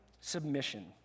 submission